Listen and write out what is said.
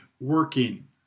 working